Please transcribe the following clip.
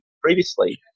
previously